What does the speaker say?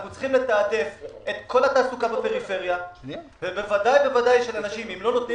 אנחנו צריכים לתעדף את כל התעסוקה בפריפריה ואם לא נותנים